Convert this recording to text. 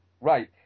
Right